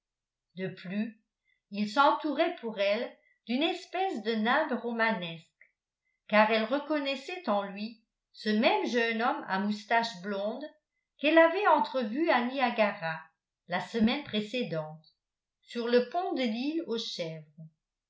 de plus il s'entourait pour elle d'une espèce de nimbe romanesque car elle reconnaissait en lui ce même jeune homme à moustache blonde qu'elle avait entrevu à niagara la semaine précédente sur le pont de l'île aux chèvres